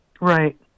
Right